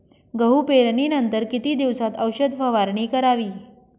गहू पेरणीनंतर किती दिवसात औषध फवारणी करावी?